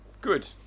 Good